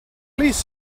please